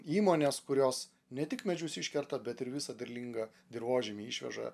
įmonės kurios ne tik medžius iškerta bet ir visą derlingą dirvožemį išveža